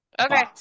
Okay